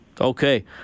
Okay